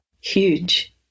huge